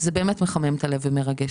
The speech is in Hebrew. זה באמת מחמם את הלב ומרגש,